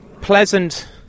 pleasant